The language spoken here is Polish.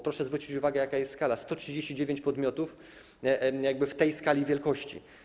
Proszę zwrócić uwagę, jaka jest skala - 139 podmiotów, taka jest skala wielkości.